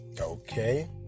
okay